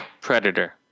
Predator